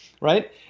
right